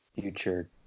Future